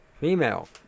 female